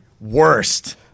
worst